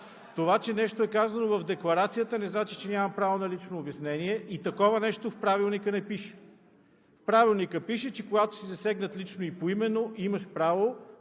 Това че нещо е казано в декларацията, не значи, че нямам право на лично обяснение и такова нещо в Правилника не пише. В Правилника пише, че когато си засегнат лично и поименно, имаш право